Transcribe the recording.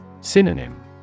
Synonym